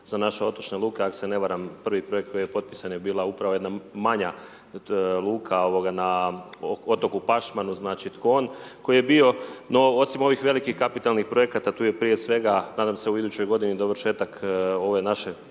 za naše otočne luke, ako se ne varam prvi projekt koji je potpisan je bila upravo jedna manja luka na otoku Pašmanu, znači Tkon, koji je bio no, osim ovih velikih kapitalnih projekata tu je prije svega nadam se u idućoj godini dovršetak ove naše